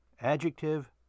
adjective